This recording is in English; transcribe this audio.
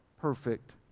perfect